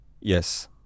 Yes